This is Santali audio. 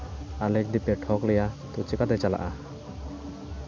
ᱟᱞᱮ ᱡᱩᱫᱤ ᱯᱮ ᱴᱷᱚᱠ ᱞᱮᱭᱟ ᱛᱚ ᱪᱮᱠᱟᱞᱮ ᱪᱟᱞᱟᱜᱼᱟ